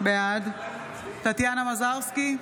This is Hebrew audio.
בעד טטיאנה מזרסקי,